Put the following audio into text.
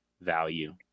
value